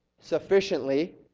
sufficiently